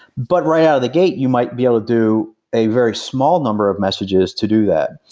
but right out of the gate, you might be able to do a very small number of messages to do that.